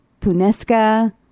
Punesca